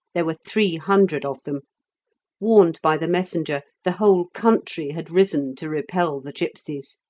there were three hundred of them warned by the messenger, the whole country had risen to repel the gipsies.